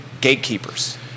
gatekeepers